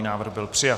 Návrh byl přijat.